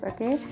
Okay